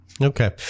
Okay